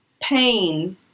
pain